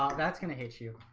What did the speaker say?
that's gonna. hit you